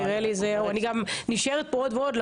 אני גם נשארת פה עוד ועוד,